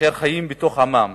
אשר חיים בתוך עמם